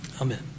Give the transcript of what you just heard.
Amen